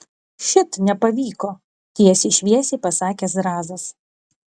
šit nepavyko tiesiai šviesiai pasakė zrazas